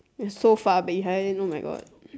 we're so far behind oh-my-god